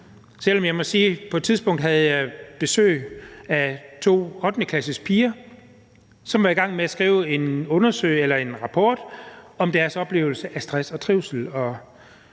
Dog må jeg sige, at jeg på et tidspunkt havde besøg af to 8. klasses-piger, som var i gang med at skrive en rapport om deres oplevelse af stress og trivsel,